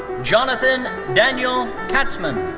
jonathan daniel katzman.